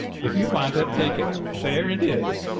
if you want it, take it. there it is.